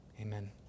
amen